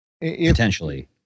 potentially